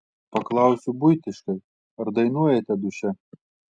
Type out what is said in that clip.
paklausiu buitiškai ar dainuojate duše